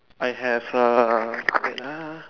I have err wait lah